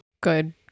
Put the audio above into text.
Good